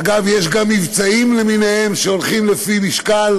אגב, יש גם מבצעים למיניהם שהולכים לפי משקל,